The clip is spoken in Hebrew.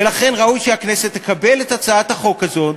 ולכן ראוי שהכנסת תקבל את הצעת החוק הזאת,